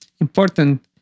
important